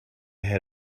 head